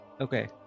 Okay